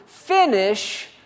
Finish